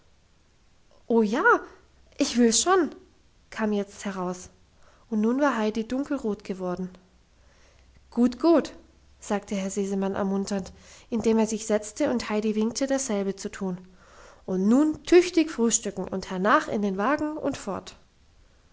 o ja ich will schon kam jetzt heraus und nun war heidi dunkelrot geworden gut gut sagte herr sesemann ermunternd indem er sich setzte und heidi winkte dasselbe zu tun und nun tüchtig frühstücken und hernach in den wagen und fort